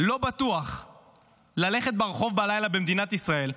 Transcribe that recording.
לא בטוח ללכת ברחוב בלילה במדינת ישראל,